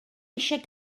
eisiau